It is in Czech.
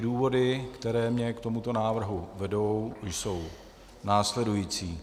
Důvody, které mě k tomuto návrhu vedou, jsou následující.